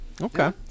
okay